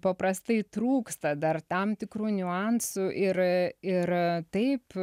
paprastai trūksta dar tam tikrų niuansų ir ir taip